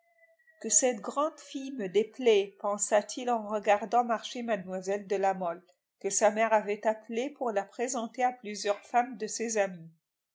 que cette grande fille me déplaît pensa-t-il en regardant marcher mlle de la mole que sa mère avait appelée pour la présenter à plusieurs femmes de ses amies